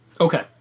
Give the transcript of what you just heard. Okay